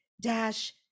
dash